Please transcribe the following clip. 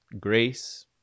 grace